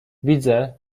widzę